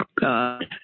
God